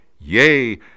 Yea